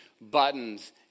buttons